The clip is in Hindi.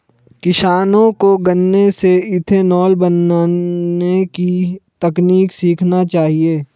किसानों को गन्ने से इथेनॉल बनने की तकनीक सीखना चाहिए